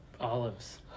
olives